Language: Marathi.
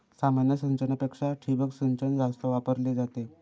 सामान्य सिंचनापेक्षा ठिबक सिंचन जास्त वापरली जाते